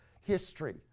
history